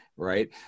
Right